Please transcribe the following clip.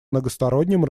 многосторонним